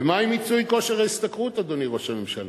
ומה עם מיצוי כושר ההשתכרות, אדוני ראש הממשלה?